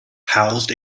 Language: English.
housed